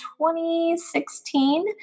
2016